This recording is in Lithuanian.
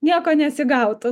nieko nesigautų